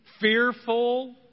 fearful